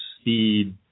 speed